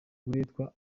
uburetwa